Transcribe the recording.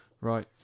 right